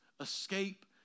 escape